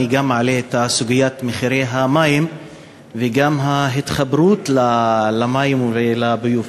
אני מעלה גם את סוגיית מחירי המים וגם ההתחברות למים ולביוב.